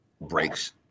breaks